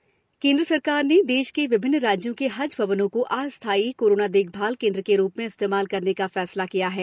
हज कोविड केन्द्र सरकार ने देश के विभिन्न राज्यों के हज भवनों को अस्थायी कोरोना देखभाल केन्द्र के रूप में इस्तेमाल करने का फैसला किया है